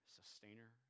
sustainer